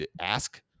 ask